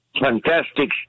fantastic